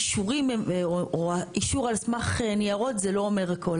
אישורים או אישור על סמך ניירות זה לא אומר הכל.